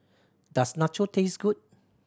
does Nacho taste good